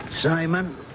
Simon